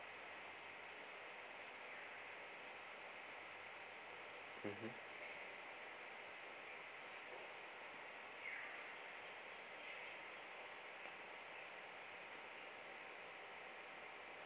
mmhmm